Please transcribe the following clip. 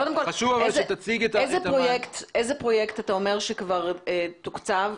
איזה פרויקט אתה אומר שכבר תוקצב?